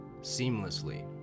seamlessly